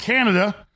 Canada